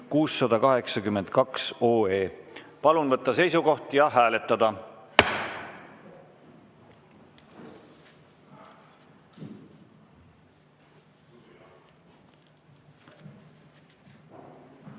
Palun võtta seisukoht ja hääletada!